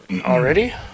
Already